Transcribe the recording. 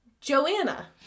Joanna